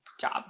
job